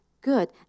good